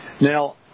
Now